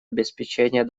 обеспечения